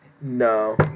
No